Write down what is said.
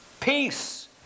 peace